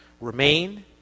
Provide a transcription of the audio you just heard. Remain